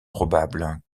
probable